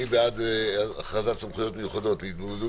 מי בעד הכרזת סמכויות מיוחדות להתמודדות